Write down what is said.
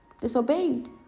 disobeyed